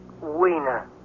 Weiner